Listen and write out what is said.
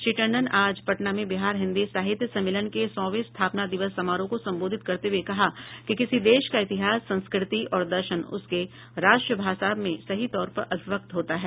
श्री टंडन आज पटना में बिहार हिन्दी साहित्य सम्मेलन के सौंवे स्थापना दिवस समारोह को संबोधित करते हुए कहा कि किसी देश का इतिहास संस्कृति और दर्शन उसके राष्ट्रभाषा में ही सही तौर पर अभिव्यक्त होता है